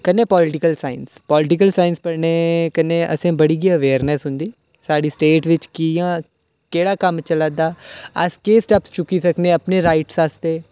कन्नै political science political science पढ़ने कन्नै असें ई बड़ी गै अवेयरनैस होंदी साढ़ी स्टेट बिच कियां केह्ड़ा कम्म चला दा अस केह् स्टैप चुक्की सकने अपने राइट्स आस्तै